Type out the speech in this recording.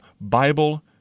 Bible